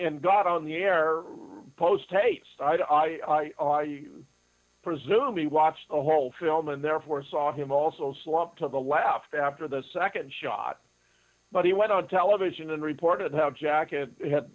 and got on the air posthaste i presume me watch the whole film and therefore saw him also slumped to the left after the second shot but he went on television and reported how jack had